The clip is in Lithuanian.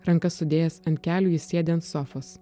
rankas sudėjęs ant kelių jis sėdi ant sofos